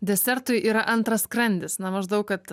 desertui yra antras skrandis na maždaug kad